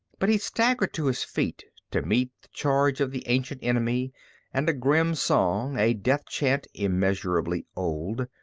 but he staggered to his feet to meet the charge of the ancient enemy and a grim song, a death chant immeasurably old,